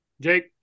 Jake